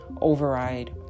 override